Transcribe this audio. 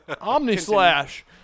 Omni-slash